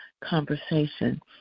conversation